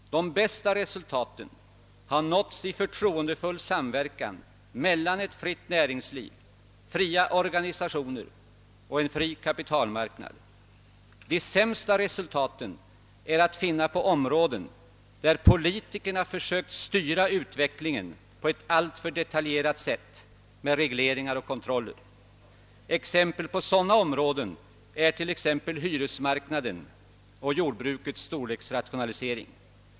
De bästa resultaten har nåtts i förtroendefull samverkan mellan ett fritt näringsliv, fria organisationer och en fri kapitalmarknad. De sämsta resultaten är att finna på områden där politikerna försökt att styra utvecklingen på ett alltför detaljerat sätt med regleringar och kontroller. Exempel på sådana områden är hyresmarknaden och jordbrukets storleksrationalisering.